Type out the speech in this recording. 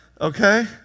okay